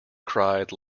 cried